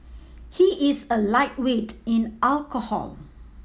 he is a lightweight in alcohol